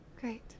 Great